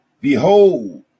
Behold